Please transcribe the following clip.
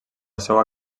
seua